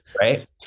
right